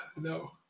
no